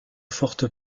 forte